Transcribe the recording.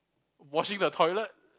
washing the toilet